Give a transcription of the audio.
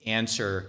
answer